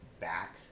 back